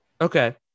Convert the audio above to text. Okay